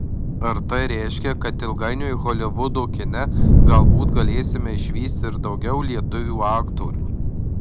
ar tai reiškia kad ilgainiui holivudo kine galbūt galėsime išvysti ir daugiau lietuvių aktorių